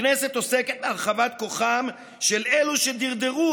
הכנסת עוסקת בהרחבת כוחם של אלה שדרדרו